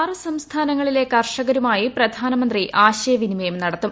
ആറ് സംസ്ഥാനങ്ങളിലെ ക്ട്ർഷ്കരുമായി പ്രധാനമന്ത്രി ആശയവിനിമയം നടത്തും